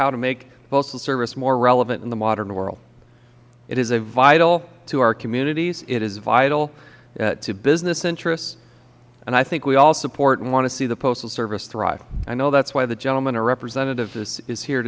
how to make the postal service more relevant in the modern world it is vital to our communities it is vital to business interest and i think we all support and want to see the postal service thrive i know that is why the gentleman representative is here